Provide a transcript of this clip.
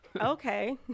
okay